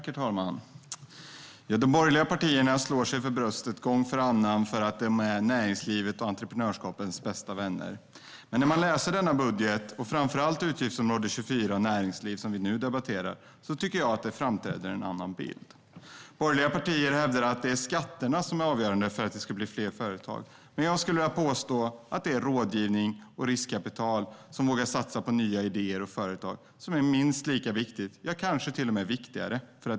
Herr talman! De borgerliga partierna slår sig gång efter annan för bröstet för att de är näringslivets och entreprenörskapets bästa vänner. Men när man läser denna budget, framför allt utgiftsområde 24 Näringsliv som vi nu debatterar, framträder en annan bild. Borgerliga partier hävdar att det är skatterna som är avgörande för om det blir fler företag. Jag skulle vilja påstå att rådgivning och riskkapital som vågar satsa på nya idéer och företag är minst lika viktigt, kanske till och med viktigare.